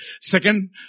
second